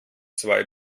zwei